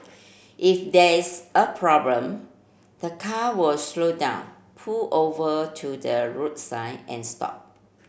if there is a problem the car was slow down pull over to the roadside and stop